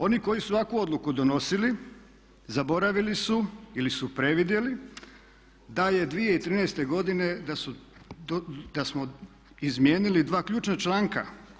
Oni koji su ovakvu odluku donosili zaboravili su ili su previdjeli da je 2013. godine, da smo izmijenili dva ključna članka.